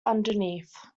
underneath